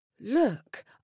Look